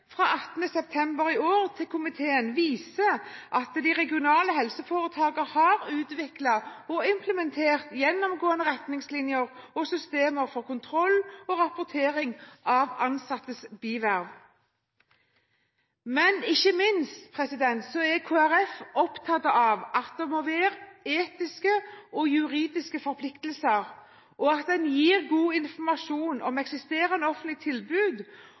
september i år viser at de regionale helseforetakene har utviklet og implementert gjennomgående retningslinjer og systemer for kontroll og rapportering av ansattes bierverv. Men Kristelig Folkeparti er ikke minst opptatt av at det må være etiske og juridiske forpliktelser, at man gir god informasjon om eksisterende offentlig tilbud,